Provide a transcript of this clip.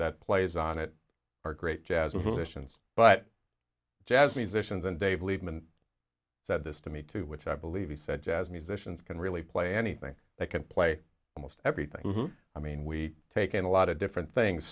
that plays on it are great jazz musicians but jazz musicians and they believe me and said this to me too which i believe he said jazz musicians can really play anything that can play almost everything i mean we take in a lot of different things